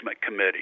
committee